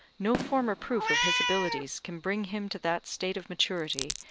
no former proof of his abilities can bring him to that state of maturity,